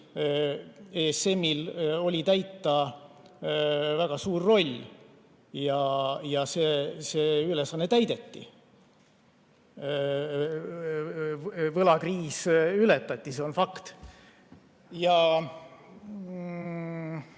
ESM‑il oli täita väga suur roll ja see ülesanne täideti. Võlakriis ületati, see on fakt. Ega